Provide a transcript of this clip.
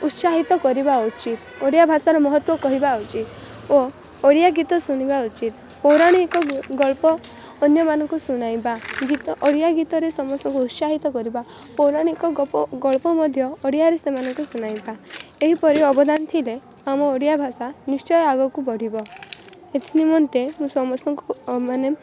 ଉତ୍ସାହିତ କରିବା ଉଚିତ ଓଡ଼ିଆ ଭାଷାର ମହତ୍ତ୍ୱ କହିବା ଉଚିତ ଓ ଓଡ଼ିଆ ଗୀତ ଶୁଣିବା ଉଚିତ ପୌରାଣିକ ଗଳ୍ପ ଅନ୍ୟମାନଙ୍କୁ ଶୁଣାଇବା ଗୀତ ଓଡ଼ିଆ ଗୀତରେ ସମସ୍ତଙ୍କୁ ଉତ୍ସାହିତ କରିବା ପୌରାଣିକ ଗପ ଗଳ୍ପ ମଧ୍ୟ ଓଡ଼ିଆରେ ସେମାନଙ୍କୁ ଶୁଣାଇବା ଏହିପରି ଅବଦାନ ଥିଲେ ଆମ ଓଡ଼ିଆ ଭାଷା ନିଶ୍ଚୟ ଆଗକୁ ବଢ଼ିବ ଏଥି ନିମନ୍ତେ ମୁଁ ସମସ୍ତଙ୍କୁ ମାନେ